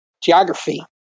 Geography